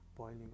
boiling